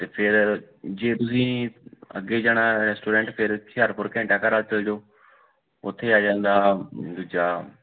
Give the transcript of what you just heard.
ਅਤੇ ਫੇਰ ਜੇ ਤੁਸੀਂ ਅੱਗੇ ਜਾਣਾ ਰੈਸਟੋਰੈਂਟ ਫੇਰ ਹੁਸ਼ਿਆਰਪੁਰ ਘੰਟਾ ਘਰ ਵੱਲ ਚੱਲ ਜੋ ਉੱਥੇ ਆ ਜਾਂਦਾ ਦੂਜਾ